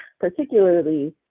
particularly